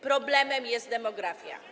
Problemem jest demografia.